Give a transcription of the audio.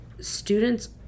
students